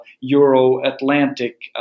Euro-Atlantic